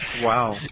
Wow